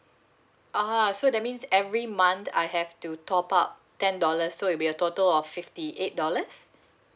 ah so that means every month I have to top up ten dollars so it will be a total of fifty eight dollars